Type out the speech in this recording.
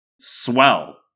Swell